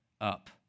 up